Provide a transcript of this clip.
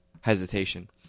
hesitation